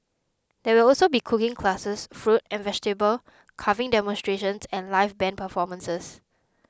there will also be cooking classes fruit and vegetable carving demonstrations and live band performances